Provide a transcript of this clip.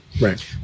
Right